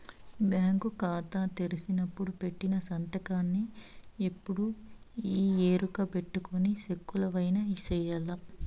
bank కాతా తెరిసినపుడు పెట్టిన సంతకాన్నే ఎప్పుడూ ఈ ఎరుకబెట్టుకొని సెక్కులవైన సెయ్యాల